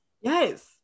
yes